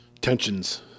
tensions